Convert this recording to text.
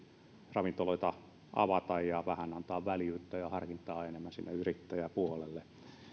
ravintoloita avata ja vähän antaa väljyyttä ja harkintaa enemmän sinne yrittäjäpuolelle